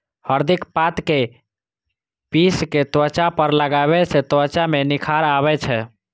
हरदिक पात कें पीस कें त्वचा पर लगाबै सं त्वचा मे निखार आबै छै